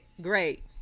great